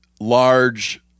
large